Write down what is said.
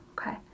okay